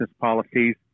policies